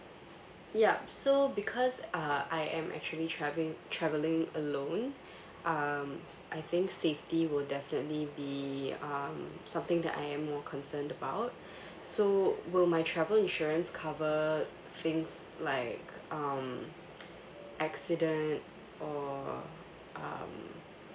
yup so because uh I am actually travelling travelling alone um I think safety will definitely be um something that I am more concerned about so will my travel insurance cover things like um accident or um